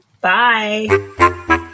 Bye